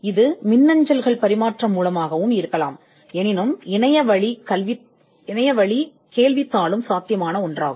இது மின்னஞ்சல்கள் பரிமாற்றம் மூலமாகவும் இருக்கலாம் ஆனால் எங்கள் ஆன்லைன் கேள்வித்தாளும் சாத்தியமாகும்